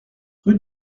rue